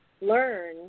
learn